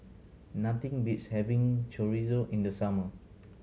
nothing beats having Chorizo in the summer